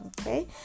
Okay